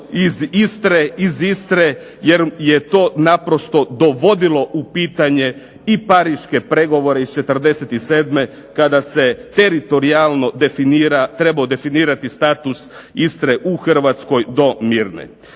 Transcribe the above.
iz Istre jer je to naprosto dovodilo u pitanje i pariške pregovore iz '47. kada se teritorijalno trebao definirati status Istre u Hrvatskoj do Mirne.